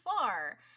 far